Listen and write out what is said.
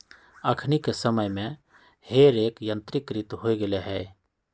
अखनि के समय में हे रेक यंत्रीकृत हो गेल हइ